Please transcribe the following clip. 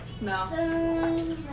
No